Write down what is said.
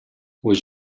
would